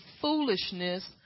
foolishness